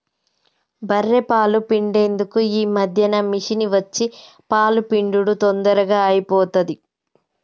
బఱ్ఱె పాలు పిండేందుకు ఈ మధ్యన మిషిని వచ్చి పాలు పిండుడు తొందరగా అయిపోతాంది